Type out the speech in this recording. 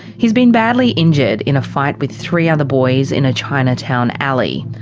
he's been badly injured in a fight with three other boys in a chinatown alley.